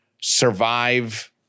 survive